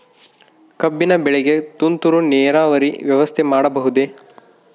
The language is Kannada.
ಕಬ್ಬಿನ ಬೆಳೆಗೆ ತುಂತುರು ನೇರಾವರಿ ವ್ಯವಸ್ಥೆ ಮಾಡಬಹುದೇ?